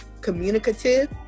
communicative